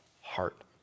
heart